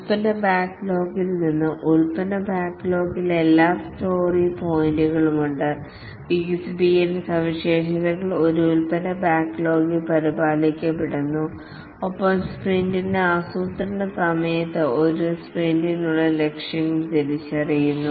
product ബാക്ക്ലോഗിൽ എല്ലാ story പോയിന്റുകളും ഉണ്ട് വികസിപ്പിക്കേണ്ട സവിശേഷതകൾ ഒരു പ്രോഡക്ട് ബാക്ക്ലോഗിൽ പരിപാലിക്കപ്പെടുന്നു ഒപ്പം സ്പ്രിന്റ് ആസൂത്രണ സമയത്ത് ഒരു സ്പ്രിന്റിനുള്ള ലക്ഷ്യങ്ങൾ തിരിച്ചറിയുന്നു